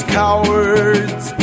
cowards